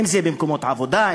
אם במקומות עבודה,